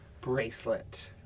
bracelet